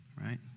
right